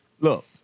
look